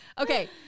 Okay